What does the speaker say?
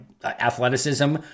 athleticism